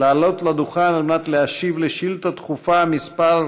לעלות לדוכן על מנת להשיב על שאילתה דחופה מס'